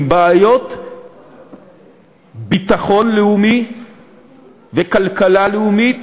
עם בעיות ביטחון לאומי וכלכלה לאומית